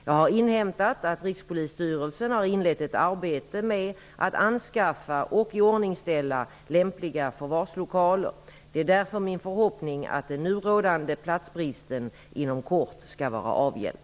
Jag har inhämtat att Rikspolisstyrelsen nu har inlett ett arbete med att anskaffa och iordningställa lämpliga förvarslokaler. Det är därför min förhoppning att den nu rådande platsbristen inom kort skall vara avhjälpt.